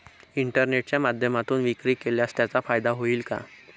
इंटरनेटच्या माध्यमातून विक्री केल्यास त्याचा फायदा होईल का?